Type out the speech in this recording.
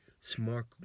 smart